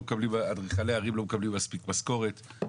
אדריכלי הערים לא מקבלים מספיק משכורת,